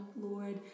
Lord